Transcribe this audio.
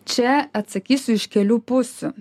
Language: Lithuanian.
čia atsakysiu iš kelių pusių